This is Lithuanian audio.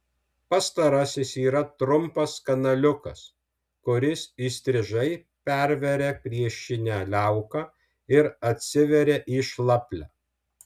pastarasis yra trumpas kanaliukas kuris įstrižai perveria priešinę liauką ir atsiveria į šlaplę